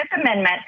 Amendment